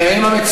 היינו נמנעים,